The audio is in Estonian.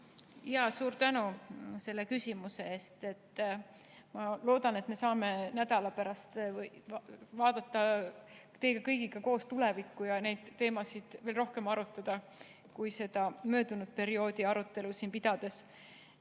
palun! Suur tänu selle küsimuse eest! Ma loodan, et me saame nädala pärast vaadata teie kõigiga koos tulevikku ja neid teemasid veel rohkem arutada, kui vaid seda arutelu möödunud perioodi üle pidades.